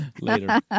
later